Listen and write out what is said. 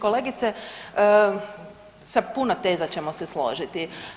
Kolegice, sa puno teza ćemo se složiti.